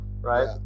right